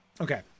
Okay